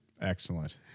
Excellent